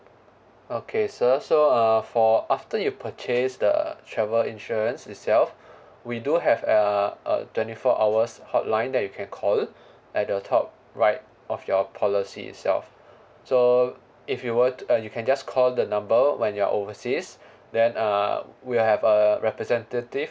okay sir so uh for after you purchase the travel insurance itself we do have a a twenty four hours hotline that you can call at the top right of your policy itself so if you were to uh you can just call the number when you're oversea then uh we have a representative